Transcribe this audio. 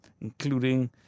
including